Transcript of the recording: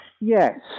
Yes